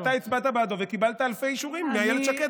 ואתה הצבעת בעדו וקיבלת אלפי אישורים מאילת שקד,